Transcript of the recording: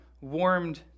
warmed